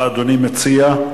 מה אדוני מציע?